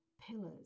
pillars